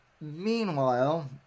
meanwhile